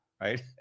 right